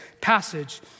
passage